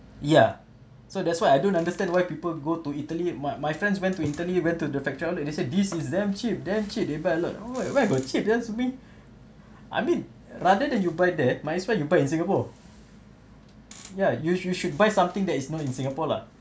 ya so that's why I don't understand why people go to italy my my friends went to italy went to the factory outlet they say this is damn cheap damn cheap they buy a lot oo where where got cheap that's mean I mean rather than you buy that might as well you buy in singapore ya you should should buy something that is not in singapore lah